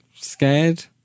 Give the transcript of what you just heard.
scared